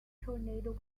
tornado